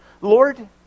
Lord